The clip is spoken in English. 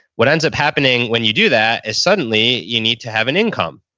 what ends up happening when you do that is suddenly you need to have an income,